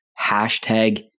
Hashtag